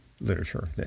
literature